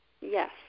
Yes